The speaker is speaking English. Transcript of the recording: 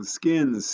skins